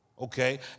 Okay